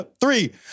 Three